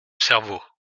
cerveau